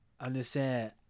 Understand